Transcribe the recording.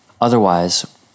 Otherwise